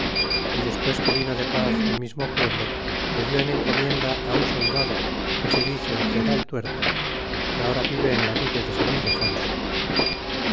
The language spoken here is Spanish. y despues que vino de paz el mismo pueblo se dió en encomienda un soldado que se dice ojeda el tuerto que ahora vive en la villa de san ildefonso